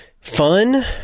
fun